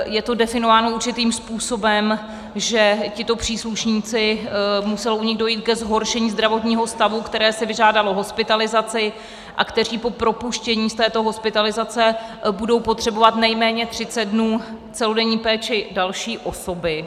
Je to definováno určitým způsobem, že u těchto příslušníků muselo dojít ke zhoršení zdravotního stavu, který si vyžádal hospitalizaci, a kteří po propuštění z této hospitalizace budou potřebovat nejméně 30 dnů celodenní péči další osoby.